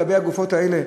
לגבי הגופות האלה?